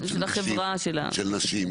יש נציגויות של נשים,